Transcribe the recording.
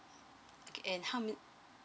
okay and how many